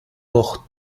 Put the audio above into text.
noch